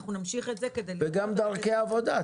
אנחנו נמשיך את זה --- וגם דרכי עבודה,